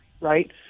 Right